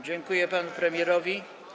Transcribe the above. Dziękuję panu premierowi.